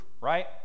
right